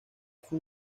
fue